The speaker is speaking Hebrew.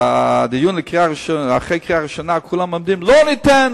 בדיון אחרי הקריאה הראשונה כולם אומרים: לא ניתן,